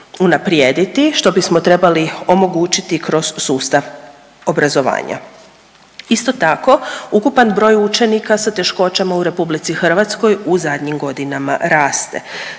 unaprijediti, što bismo trebali omogućiti kroz sustav obrazovanja. Isto tako ukupan broj učenika sa teškoćama u Republici Hrvatskoj u zadnjim godinama raste,